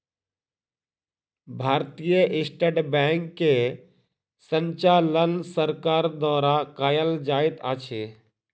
भारतीय State Bank के संचालन सरकार द्वारा कयल जाइत अछि